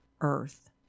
Earth